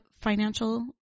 financial